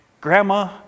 Grandma